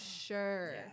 sure